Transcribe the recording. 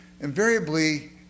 Invariably